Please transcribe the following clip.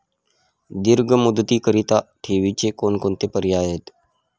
दीर्घ मुदतीकरीता ठेवीचे कोणकोणते पर्याय आहेत?